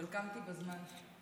אבל קמתי בזמן.